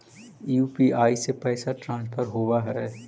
UPI से पैसा transfer होवहै?